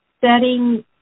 setting